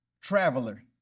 Traveler